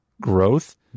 growth